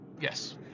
Yes